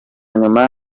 nyuma